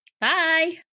Bye